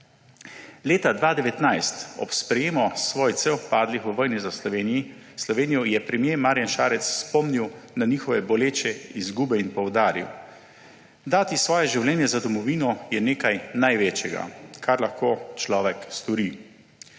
Leta 2019 je ob sprejemu svojcev padlih v vojni za Slovenijo premier Marjan Šarec spomnil na njihove boleče izgube in poudaril, da dati svoje življenje za domovino, je nekaj največjega, kar lahko človek stori.